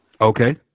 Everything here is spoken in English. Okay